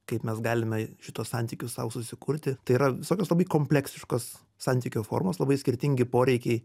kaip mes galime šituos santykius sau susikurti tai yra visokios labai kompleksiškos santykio formos labai skirtingi poreikiai